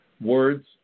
Words